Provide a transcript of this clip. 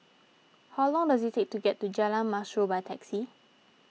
how long does it take to get to Jalan Mashor by taxi